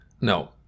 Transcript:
No